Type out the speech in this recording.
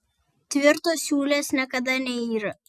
tvirtos siūlės niekada neyra